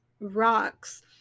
rocks